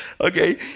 Okay